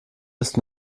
ist